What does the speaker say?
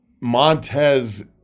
Montez